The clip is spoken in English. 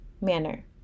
manner